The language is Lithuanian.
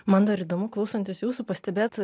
man dar įdomu klausantis jūsų pastebėt